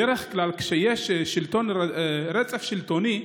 בדרך כלל, כשיש רצף שלטוני,